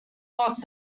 fox